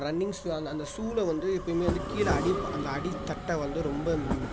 running shoe அந்த அந்த ஷூல வந்து எப்போயுமே வந்து கீழே அடி அந்த அடி தட்டை வந்து ரொம்ப